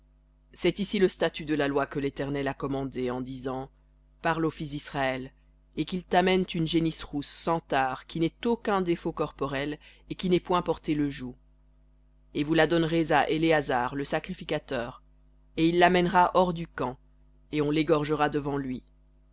c'est ici le statut de la loi que l'éternel a commandé en disant parle aux fils d'israël et qu'ils t'amènent une génisse rousse sans tare qui n'ait aucun défaut corporel qui n'ait point porté le joug et vous la donnerez à éléazar le sacrificateur et il la mènera hors du camp et on l'égorgera devant lui